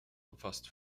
umfasst